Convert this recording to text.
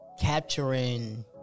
capturing